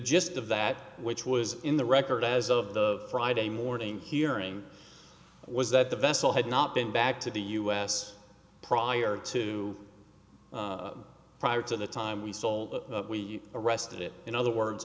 gist of that which was in the record as of the friday morning hearing was that the vessel had not been back to the u s prior to prior to the time we sold we arrested it in other words